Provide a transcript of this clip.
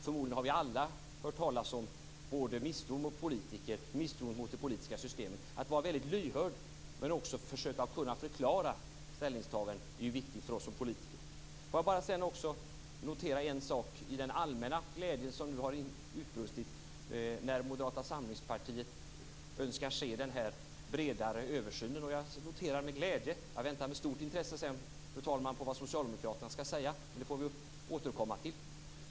Förmodligen har vi alla hört talas om misstro mot politiker, misstro mot det politiska systemet. Att vara väldigt lyhörd men också att försöka förklara ställningstaganden är viktigt för oss som politiker. Får jag sedan bara notera en sak i den allmänna glädjen som nu har utbrutit när Moderata samlingspartiet önskar se en bredare översyn. Jag noterar det med glädje. Jag väntar med stort intresse, fru talman, på vad socialdemokraterna skall säga. Det får vi väl återkomma till.